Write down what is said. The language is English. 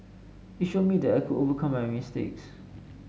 it showed me that I could overcome my mistakes